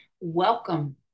Welcome